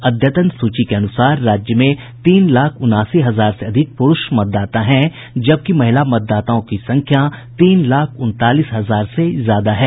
अद्यतन सूची के अनुसार राज्य में तीन लाख उनासी हजार से अधिक प्रूष मतदाता हैं जबकि महिला मतदाताओं की संख्या तीन लाख उनतालीस हजार से ज्यादा है